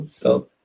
go